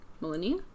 Millennia